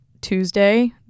Tuesday